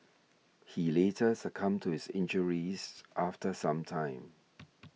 he later succumbed to his injuries after some time